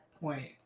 point